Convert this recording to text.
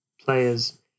players